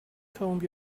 comb